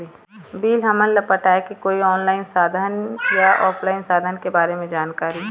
Bill हमन ला पटाए के कोई ऑनलाइन साधन या ऑफलाइन साधन के बारे मे जानकारी?